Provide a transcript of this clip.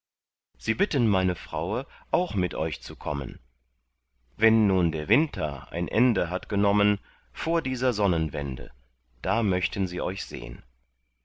sie bitten meine fraue auch mit euch zu kommen wenn nun der winter ein ende hat genommen vor dieser sonnenwende da möchten sie euch sehn